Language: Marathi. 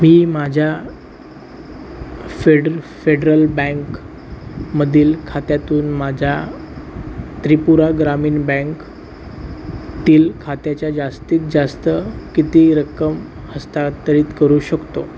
मी माझ्या फेड फेडरल बँकमधील खात्यातून माझ्या त्रिपुरा ग्रामीण बँकेतील खात्याच्या जास्तीत जास्त किती रक्कम हस्तांतरित करू शकतो